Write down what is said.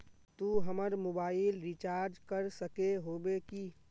तू हमर mobile recharge कर सके होबे की?